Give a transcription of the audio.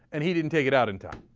and he didn't take it out in time